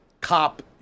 cop